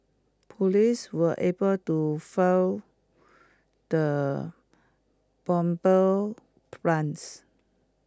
Police were able to foil the bomber's plans